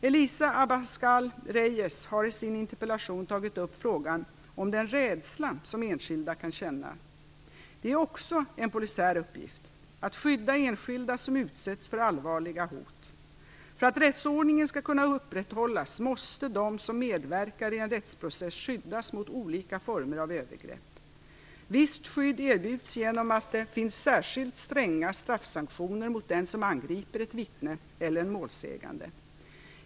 Elisa Abascal Reyes har i sin interpellation tagit upp frågan om den rädsla som enskilda kan känna. Det är också en polisiär uppgift att skydda enskilda som utsätts för allvarliga hot. För att rättsordningen skall kunna upprätthållas måste de som medverkar i en rättsprocess skyddas mot olika former av övergrepp. Visst skydd erbjuds genom att det finns särskilt stränga straffsanktioner mot den som angriper ett vittne eller en målsägande.